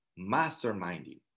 masterminding